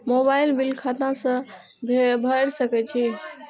Mobile bill खाता से भेड़ सके छि?